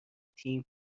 تیم